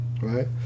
right